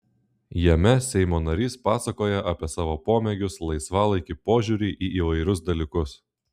jame seimo narys pasakoja apie savo pomėgius laisvalaikį požiūrį į įvairius dalykus